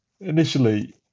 initially